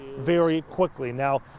very quickly. now,